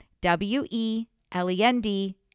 W-E-L-E-N-D